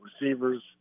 receivers